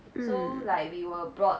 so like we were brought